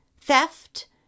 theft